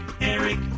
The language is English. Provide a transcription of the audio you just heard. Eric